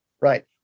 Right